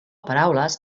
paraules